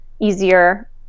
easier